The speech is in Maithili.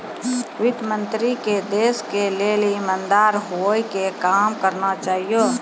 वित्त मन्त्री के देश के लेली इमानदार होइ के काम करना चाहियो